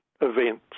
events